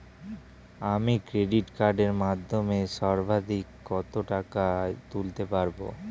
আমি ক্রেডিট কার্ডের মাধ্যমে সর্বাধিক কত টাকা তুলতে পারব?